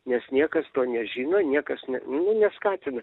nes niekas to nežino niekas neskatina